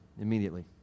immediately